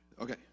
Okay